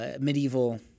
Medieval